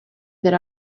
there